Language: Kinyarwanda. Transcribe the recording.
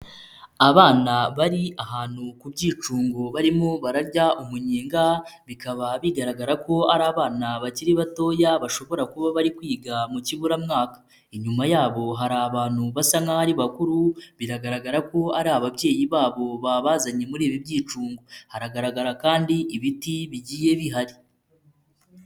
Abana bari ahantu ku byicungo barimo bararya umunyenga bikaba bigaragara ko ari abana bakiri batoya bashobora kuba bari kwiga mu kiburamwaka, inyuma yabo hari abantu basa nkaho ari bakuru biragaragara ko ari ababyeyi babo babazanye muri ibi byicungo, haragaragara kandi ibiti bigiye bihari.